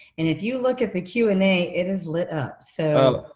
and if you look at the q and a, it is lit up. so